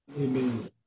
Amen